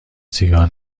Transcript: سیگار